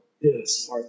Yes